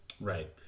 Right